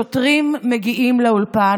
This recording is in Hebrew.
שוטרים מגיעים לאולפן,